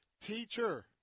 teacher